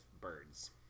birds